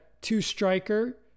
two-striker